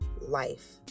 Life